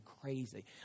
crazy